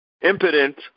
impotent